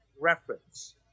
reference